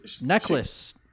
necklace